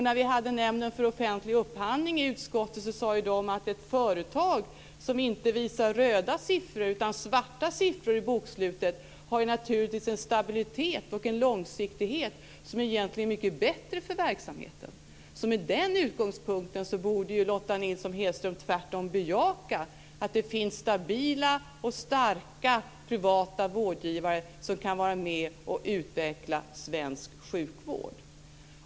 När Nämnden för offentlig upphandling besökte utskottet sade man att ett företag som inte visar röda utan svarta siffror i bokslutet naturligtvis har en stabilitet och en långsiktighet som egentligen är mycket bättre för verksamheten. Med den utgångspunkten borde ju Lotta Nilsson-Hedström tvärtom bejaka att det finns stabila och starka privata vårdgivare som kan vara med och utveckla svensk sjukvård.